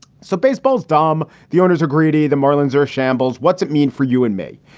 so baseball is dumb. the owners are greedy, the marlins are a shambles. what's it mean for you and me?